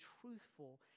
truthful